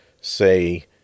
say